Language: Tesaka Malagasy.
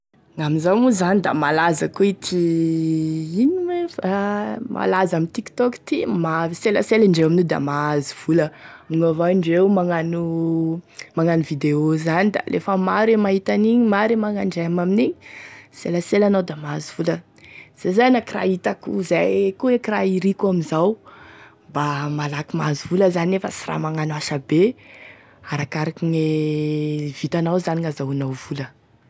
Amizao zany da malaza avao koa ity ino moa izy ty malaza amin'ny Tiktok ty, selasela indreo amin'io da mahazo vola, amigneo avao indreo magnano magnano vidéo akozany da, lefa maro mahita an'igny da maro e magnano j'aime amin'igny da selasela anao da mahazo vola, izay zany hitako, izay eky koa akoraha iriko amizao, mba malaky mahazo vola, nefa tsy raha magnano asa be, arakaraky gne vitanao zany gnazahoanao vola.